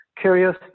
curious